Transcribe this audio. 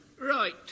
Right